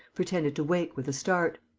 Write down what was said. pretended to wake with a start.